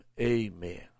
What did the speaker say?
amen